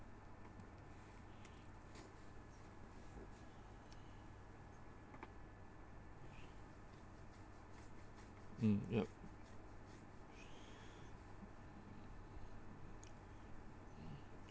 mm yup